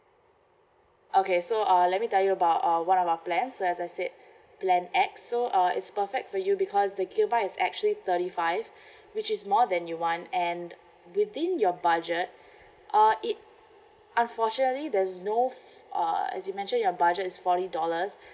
okay so uh let me tell you about uh what our plans so as I said plan X so uh it's perfect for you because the gigabyte is actually thirty five which is more than you want and within your budget uh it unfortunately there's no f~ uh as you mentioned your budget is forty dollars